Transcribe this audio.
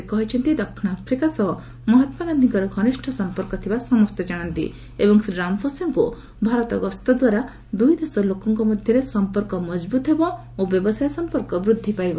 ସେ କହିଛନ୍ତି ଦକ୍ଷିଣ ଆଫ୍ରିକା ସହ ମହାତ୍ମାଗାନ୍ଧୀଙ୍କର ଘନିଷ୍ଠ ସମ୍ପର୍କ ଥିବା ସମସ୍ତେ ଜାଶନ୍ତି ଏବଂ ଶ୍ରୀ ରାମଫୋସାଙ୍କୁ ଭାରତ ଗସ୍ତ ଦ୍ୱାରା ଦୁଇଦେଶ ଲୋକମାନଙ୍କ ମଧ୍ୟରେ ସମ୍ପର୍କ ମଜବୁତ ହେବ ଓ ବ୍ୟବସାୟ ସମ୍ପର୍କ ବୃଦ୍ଧି ପାଇବ